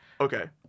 okay